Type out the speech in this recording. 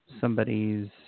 somebody's